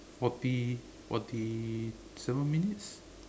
forty forty seven minutes